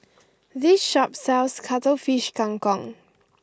this shop sells Cuttlefish Kang Kong